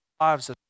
lives